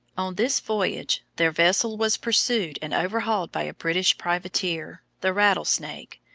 on this voyage their vessel was pursued and overhauled by a british privateer, the rattlesnake,